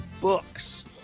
Books